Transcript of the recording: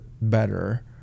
better